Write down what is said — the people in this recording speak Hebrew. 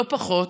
לא פחות,